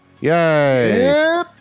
yay